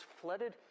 flooded